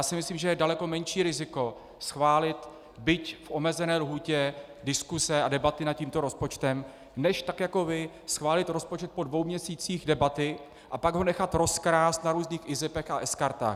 Myslím si, že je daleko menší riziko schválit, byť v omezené lhůtě diskuse a debaty nad tímto rozpočtem, než tak jako vy schválit rozpočet po dvou měsících debaty a pak ho nechat rozkrást na různých IZIP a sKartách.